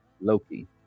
Loki